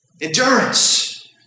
Endurance